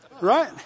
Right